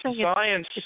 science